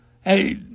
Hey